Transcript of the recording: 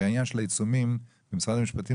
הרי העניין של העיצום הכספי במשרד המשפטים,